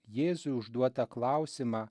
jėzui užduotą klausimą